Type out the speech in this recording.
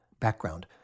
background